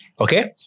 Okay